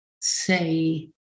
say